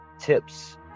tips